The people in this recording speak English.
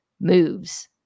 moves